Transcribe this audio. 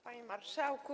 Panie Marszałku!